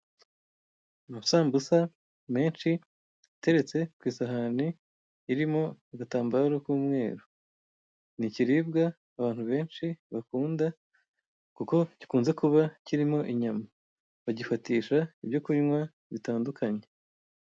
Amasambusa menshi ateretse ku isahani irimo agatambaro k'umweru, ni ikiribwa abantu benshi bakunda kuko gikunze kuba kirimo inyama, bagifatisha ibyo kunywa bitandukanye.